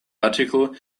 article